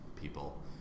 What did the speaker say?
people